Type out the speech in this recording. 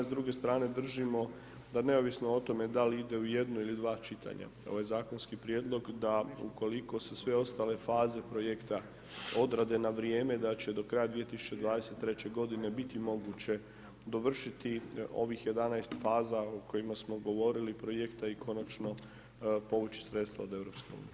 S druge strane držimo da neovisno o tome da li ide u jednu ili dva čitanja, ovaj zakonski prijedlog da ukoliko su sve ostale faze projekta odrade na vrijeme da će do kraja 2023. godine biti moguće dovršiti ovih 11 faza o kojima smo govorili, projekta i konačno povući sredstva od EU.